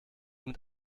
mit